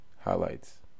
highlights